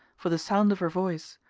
for the sound of her voice,